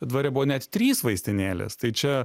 dvare buvo net trys vaistinėlės tai čia